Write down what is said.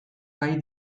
gai